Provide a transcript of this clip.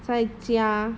再加